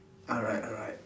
alright alright